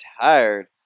tired